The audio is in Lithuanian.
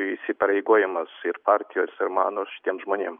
įsipareigojimas ir partijos ir mano šitiem žmonėm